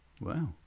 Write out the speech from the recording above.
Wow